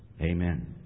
Amen